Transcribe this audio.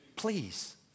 Please